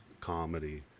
comedy